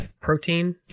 protein